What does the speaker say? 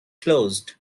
closed